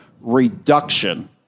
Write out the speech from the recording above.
reduction